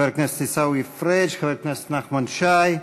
חבר הכנסת עיסאווי פריג'; חבר הכנסת נחמן שי.